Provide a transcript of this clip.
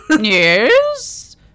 Yes